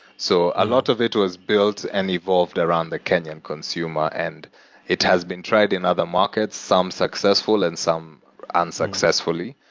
so a lot of it was built and evolved around the kenyan consumer and it has been tried in other markets, some successful and some unsuccessfully,